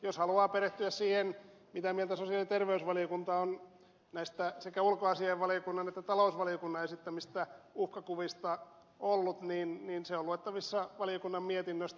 jos haluaa perehtyä siihen mitä mieltä sosiaali ja terveysvaliokunta on näistä sekä ulkoasiainvaliokunnan että talousvaliokunnan esittämistä uhkakuvista ollut niin se on luettavissa valiokunnan mietinnöstä